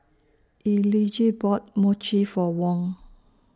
Elige bought Mochi For Wong